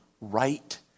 right